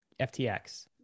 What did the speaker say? FTX